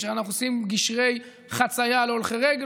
כשאנחנו עושים גשרי חצייה להולכי רגל